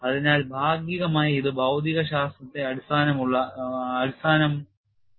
അതിനാൽ ഭാഗികമായി ഇത് ഭൌതികശാസ്ത്രത്തെ അടിസ്ഥാനമാക്കിയുള്ളതാണ്